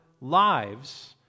lives